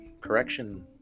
correction